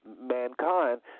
mankind